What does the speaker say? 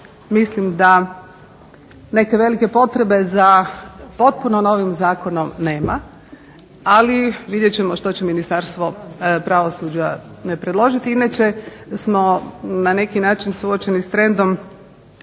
mislim da neke velike potrebe za potpuno novim zakonom nema, ali vidjet ćemo što će Ministarstvo pravosuđa predložiti. Inače smo na neki način suočeni s trendom